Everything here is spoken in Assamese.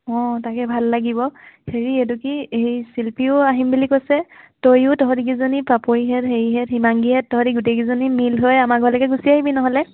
অঁ তাকে ভাল লাগিব হেৰি এইটো কি শিল্পীও আহিম বুলি কৈছে তইয়ো তহঁতকেইজনী পাপৰিহঁত হেৰিহঁত হিমাংগীহঁত তহঁতে গোটেইকেইজনী মিল হৈ আমাৰ ঘৰলৈকে গুচি আহিবি নহ'লে